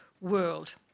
world